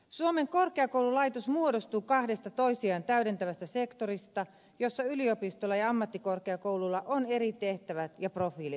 suomen korkeakoululaitos muodostuu kahdesta toisiaan täydentävästä sektorista jossa yliopistolla ja ammattikorkeakoululla on eri tehtävät ja profiilit